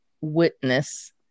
witness